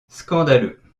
scandaleux